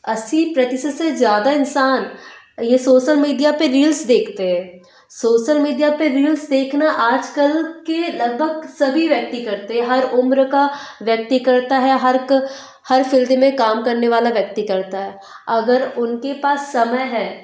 अस्सी प्रतिशत से ज्यादा इन्सान ये सोशल मीडिया पर रील्स देखते हैं सोशल मीडिया पर रील्स देखना आजकल के लगभग सभी व्यक्ति करते हर उम्र का व्यक्ति करता है हर एक हर फिल्ड में काम करने वाला व्यक्ति करता है अगर उनके पास समय है